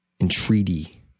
entreaty